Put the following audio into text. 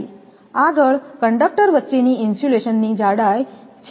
આગળ કંડક્ટર વચ્ચેની ઇન્સ્યુલેશનની જાડાઈ છે